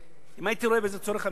אם הייתי רואה בזה צורך אמיתי,